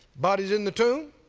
body is in the tomb